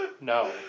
No